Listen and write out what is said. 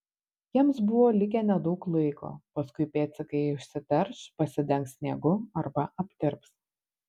jiems buvo likę nedaug laiko paskui pėdsakai užsiterš pasidengs sniegu arba aptirps